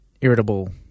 irritable